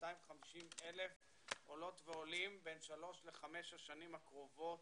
250,000 עולות ועולים בין שלוש לחמש השנים הקרובות.